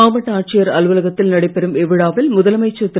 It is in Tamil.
மாவட்ட ஆட்சியர் அலுவலகத்தில் நடைபெறும் இவ்விழாவில் முதலமைச்சர் திரு